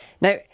Now